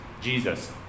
Jesus